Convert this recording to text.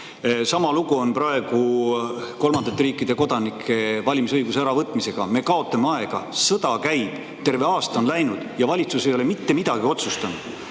lugu on praegu kolmandate riikide kodanikelt valimisõiguse äravõtmisega – me kaotame aega, sõda käib, terve aasta on läinud ja valitsus ei ole mitte midagi otsustanud.